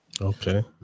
Okay